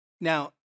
Now